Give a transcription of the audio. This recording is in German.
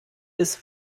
ist